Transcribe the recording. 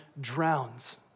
drowns